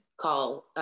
call